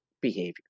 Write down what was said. behavior